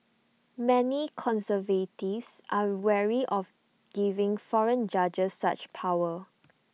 many conservatives are wary of giving foreign judges such power